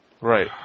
Right